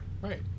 Right